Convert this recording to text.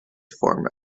form